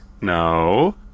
No